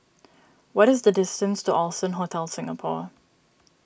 what is the distance to Allson Hotel Singapore